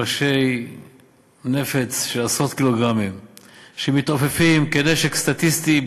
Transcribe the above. ראשי נפץ של עשרות קילוגרמים שמתעופפים כנשק סטטיסטי,